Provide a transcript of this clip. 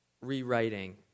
rewriting